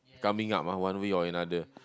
coming up ah one way or another